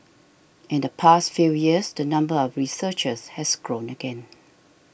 in the past few years the number of researchers has grown again